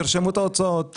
תרשמו את ההוצאות.